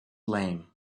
lame